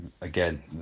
again